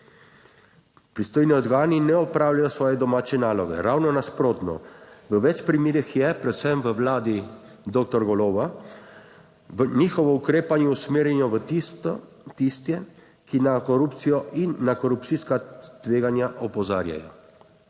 Pristojni organi ne opravljajo svoje domače naloge, ravno nasprotno. V več primerih je, predvsem v vladi doktor Goloba, njihovo ukrepanje usmerjeno v tiste, ki na korupcijo in na korupcijska tveganja opozarjajo.